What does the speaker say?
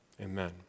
Amen